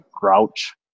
grouch